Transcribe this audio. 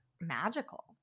magical